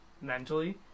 mentally